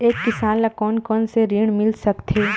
एक किसान ल कोन कोन से ऋण मिल सकथे?